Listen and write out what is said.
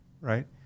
right